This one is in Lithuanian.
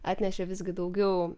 atnešė visgi daugiau